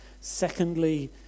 secondly